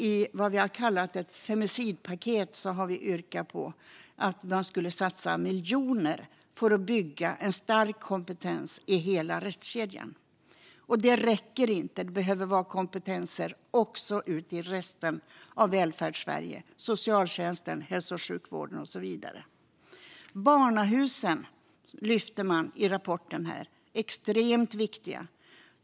I vad vi har kallat ett femicidpaket har vi yrkat på att man skulle satsa miljoner för att bygga en stark kompetens i hela rättskedjan. Det räcker dock inte; det behöver finnas kompetens också ute i resten av Välfärdssverige - i socialtjänsten, hälso och sjukvården och så vidare. Barnahusen lyfter man fram i rapporten. De är extremt viktiga.